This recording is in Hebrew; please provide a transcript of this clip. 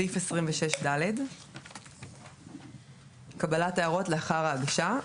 סעיף 26ד - קבלת הערות לאחר ההגשה.